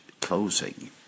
closing